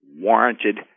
warranted